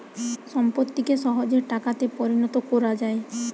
সম্পত্তিকে সহজে টাকাতে পরিণত কোরা যায়